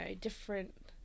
different